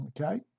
Okay